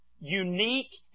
Unique